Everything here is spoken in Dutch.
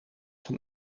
van